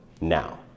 now